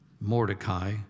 Mordecai